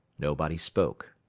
nobody spoke.